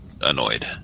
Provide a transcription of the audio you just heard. annoyed